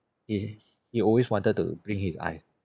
he he always wanted to wink his eye